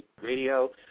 radio